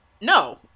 No